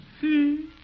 See